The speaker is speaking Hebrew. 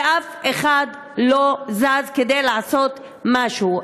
ואף אחד לא זז כדי לעשות משהו.